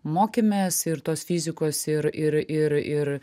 mokėmės ir tos fizikos ir ir ir ir